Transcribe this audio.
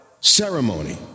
ceremony